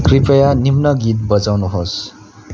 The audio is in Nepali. कृपया निम्न गीत बजाउनुहोस्